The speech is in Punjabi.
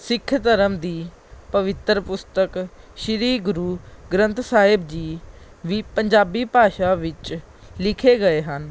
ਸਿੱਖ ਧਰਮ ਦੀ ਪਵਿੱਤਰ ਪੁਸਤਕ ਸ਼੍ਰੀ ਗੁਰੂ ਗ੍ਰੰਥ ਸਾਹਿਬ ਜੀ ਵੀ ਪੰਜਾਬੀ ਭਾਸ਼ਾ ਵਿੱਚ ਲਿਖੇ ਗਏ ਹਨ